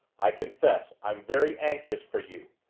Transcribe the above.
i confess i'm very anxious for you,